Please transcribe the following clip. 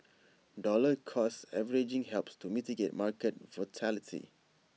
dollar cost averaging helps to mitigate market volatility